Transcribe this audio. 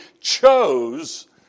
chose